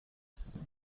است